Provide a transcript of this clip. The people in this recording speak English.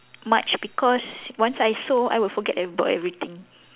much because once I sew I will forget about everything